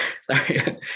sorry